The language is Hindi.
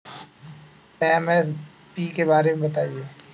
एम.एस.पी के बारे में बतायें?